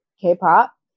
K-pop